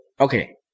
Okay